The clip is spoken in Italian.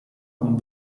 con